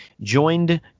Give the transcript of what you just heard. joined